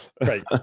Right